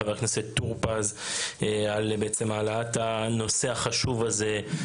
חבר הכנסת טור פז על העלאת הנושא החשוב הזה.